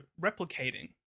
replicating